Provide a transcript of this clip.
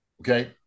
okay